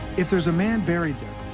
if there's a man buried there,